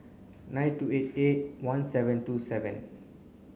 nine two eight eight one seven two seven